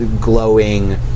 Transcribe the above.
glowing